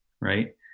Right